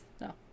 No